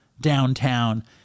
downtown